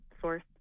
source